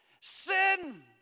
Sin